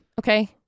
Okay